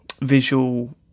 visual